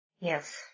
Yes